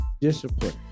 discipline